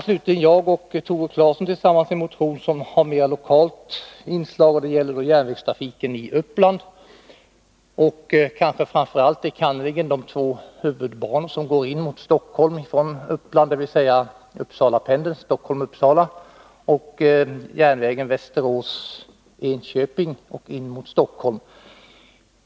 Slutligen har jag och Tore Claeson tillsammans väckt en motion som har mera lokalt inslag. Den gäller järnvägstrafiken i Uppland, enkannerligen de två huvudbanor som går in mot Stockholm från Uppland, dvs. Uppsalapendeln — Stockholm-Uppsala — och järnvägen Västerås-Enköping och in mot Stockholm.